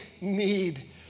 need